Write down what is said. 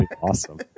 Awesome